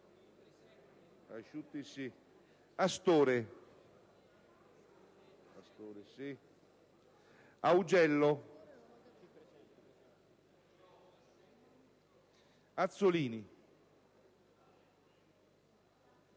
Astore, Augello, Azzollini